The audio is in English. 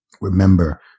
Remember